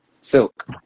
Silk